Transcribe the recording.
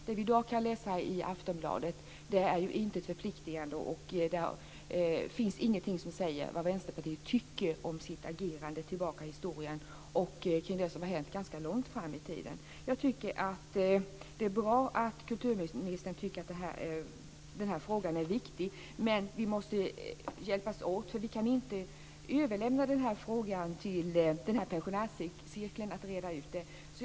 Det vi i dag kan läsa i Aftonbladet är till intet förpliktigande, och där finns ingenting som säger vad Vänsterpartiet tycker om sitt agerande tillbaka i historien och kring det som har hänt ganska långt fram i tiden. Det är bra att kulturministern tycker att den här frågan är viktig. Men vi måste hjälpas åt, för vi kan inte överlämna till en pensionärscirkel att reda ut den här frågan.